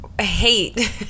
hate